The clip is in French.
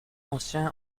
anciens